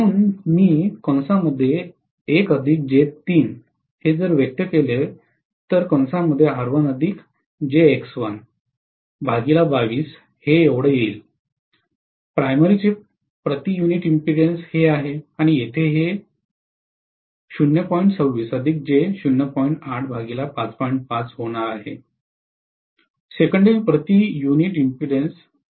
म्हणून मी हे व्यक्त केले तर हेच आहे प्राइमरीचे प्रति युनिट इम्पीडेन्स हे आहे आणि येथे हे होणार आहे सेकंडरी प्रति युनिट इम्पीडेन्स